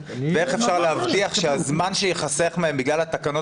ואיך אפשר להבטיח שהזמן שייחסך מהם בגלל התקנות